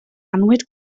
annwyd